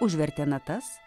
užvertė natas